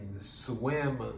swim